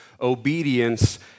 obedience